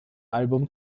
album